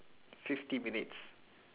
fifty minutes